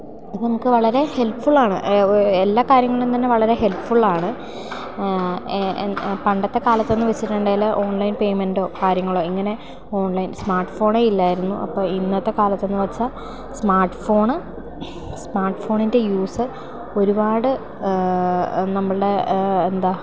അപ്പം നമുക്ക് വളരെ ഹെൽപ്ഫുള്ളാണ് എല്ലാ കാര്യങ്ങളിലും തന്നെ വളരെ ഹെൽപ്ഫുള്ളാണ് പണ്ടത്തെ കാലത്തെന്നു വെച്ചിട്ടുണ്ടെങ്കിൽ ഓൺലൈൻ പേമെൻറ്റോ കാര്യങ്ങളോ എങ്ങനെ ഓൺലൈൻ സ്മാട്ട് ഫോണേയില്ലായിരുന്നു അപ്പോൾ ഇന്നത്തെക്കാലത്തെന്നു വെച്ചാൽ സ്മാട്ട് ഫോൺ സ്മാർട്ട് ഫോണിൻറ്റെ യൂസ് ഒരുപാട് നമ്മളുടെ എന്താ